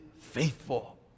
faithful